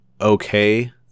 okay